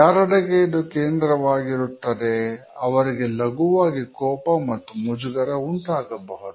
ಯಾರೆಡೆಗೆ ಇದು ಕೇಂದ್ರವಾಗಿರುತ್ತದೆ ಅವರಿಗೆ ಲಘುವಾಗಿ ಕೋಪ ಮತ್ತು ಮುಜುಗರ ಉಂಟಾಗಬಹುದು